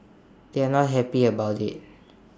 they're not happy about IT